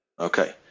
Okay